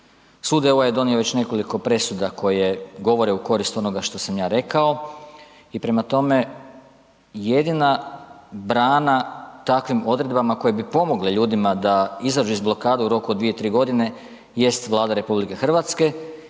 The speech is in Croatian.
sud EU-a je donio već nekoliko presuda koje govore u korist onoga što sam ja rekao i prema tome, jedina brana takvim odredbama koje bi pomogle ljudima da izađu iz blokade u roku od 2, 3 g. jest Vlada RH